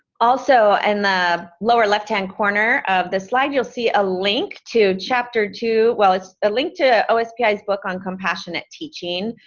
also in and the lower left hand corner of the slide, you'll see a link to chapter two, well it's a link to ospi's book on compassionate teaching.